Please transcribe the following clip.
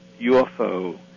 UFO